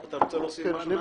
אתה רוצה להוסיף?